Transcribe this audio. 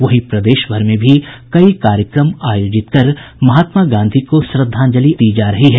वहीं प्रदेशभर में भी कई कार्यक्रम आयोजित कर महात्मा गांधी को श्रद्धांजलि दी जा रही है